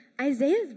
Isaiah's